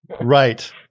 Right